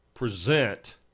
Present